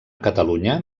catalunya